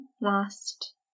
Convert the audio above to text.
last